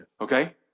Okay